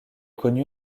connue